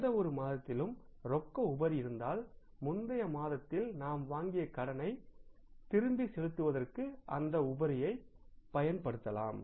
எந்தவொரு மாதத்திலும் ரொக்க உபரி இருந்தால் முந்தைய மாதத்தில் நாம் வாங்கிய கடனை திருப்பிச் செலுத்துவதற்கு அந்த உபரியைப் பயன்படுத்தலாம்